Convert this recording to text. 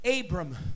Abram